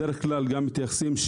בדרך כלל גם מתייחסים.